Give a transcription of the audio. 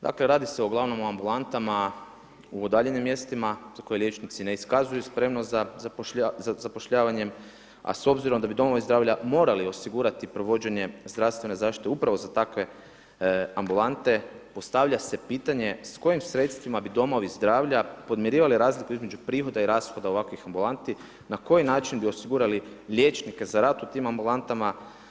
Dakle radi se uglavnom o ambulantama u udaljenim mjestima za koje liječnici ne iskazuju spremnost za zapošljavanjem a s obzirom da bi domovi zdravlja morali osigurati provođenje zdravstvene zaštite upravo za takve ambulante, postavlja se pitanje s kojim sredstvima bi domovi zdravlja podmirivali razliku između prihoda i rashoda ovakvih ambulanti, na koji način bi osigurali liječnike za rad u tim ambulantama.